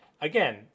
again